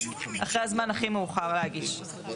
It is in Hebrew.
אחרי הזמן הכי מאוחר להגיש.